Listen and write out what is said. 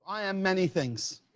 i am many things.